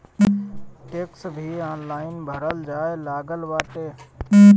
tax भी online भरल जाए लागल बाटे